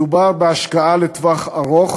מדובר בהשקעה לטווח ארוך